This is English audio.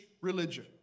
religion